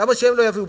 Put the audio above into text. למה שהן לא יביאו?